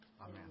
Amen